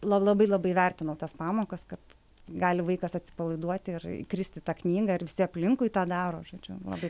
la labai labai vertinau tas pamokas kad gali vaikas atsipalaiduoti ir įkrist į tą knygą ir visi aplinkui tą daro žodžiu labai